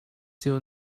still